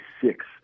six